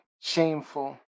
shameful